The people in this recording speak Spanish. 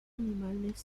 animales